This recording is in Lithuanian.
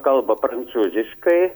kalba prancūziškai